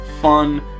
fun